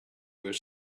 were